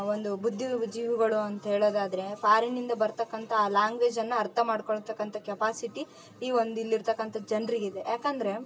ಒಂದು ಬುದ್ಧಿವು ಜೀವುಗಳು ಅಂತ ಹೇಳೋದಾದರೆ ಫಾರಿನಿಂದ ಬರ್ತಕ್ಕಂಥ ಲ್ಯಾಂಗ್ವೇಜನ್ನ ಅರ್ಥ ಮಾಡ್ಕೊಳ್ತಾಕ್ಕಂಥ ಕೆಪ್ಯಾಸಿಟಿ ಇವೊಂದು ಇಲ್ಲಿರ್ತಕ್ಕಂಥ ಜನರಿಗಿದೆ ಯಾಕಂದರೆ